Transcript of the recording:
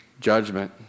Judgment